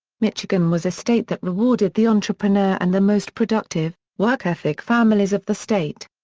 michigan was a state that rewarded the entrepreneur and the most productive, work-ethic families of the state.